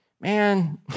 man